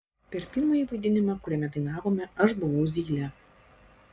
per pirmąjį vaidinimą kuriame dainavome aš buvau zylė